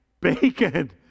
bacon